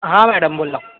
हां मॅडम बोला